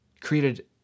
created